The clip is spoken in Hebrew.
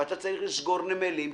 ואתה צריך לסגור נמלים,